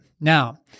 Now